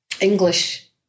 English